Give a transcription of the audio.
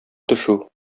төшү